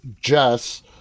Jess